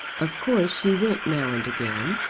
of course she went now and again.